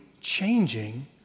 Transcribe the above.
changing